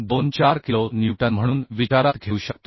294 kilo newton म्हणून विचारात घेऊ शकतो